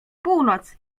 północ